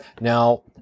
now